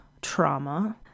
trauma